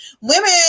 Women